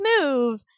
move